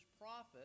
prophet